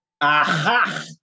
Aha